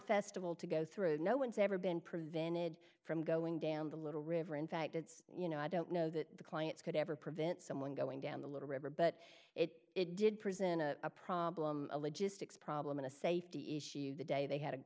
festival to go through no one's ever been prevented from going down the little river in fact it's you know i don't know that the clients could ever prevent someone going down the little river but it did prison a problem a logistics problem in a safety issue the day they had